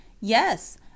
yes